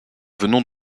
venons